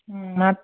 ಹ್ಞೂ ಮ